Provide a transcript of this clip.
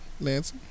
Lance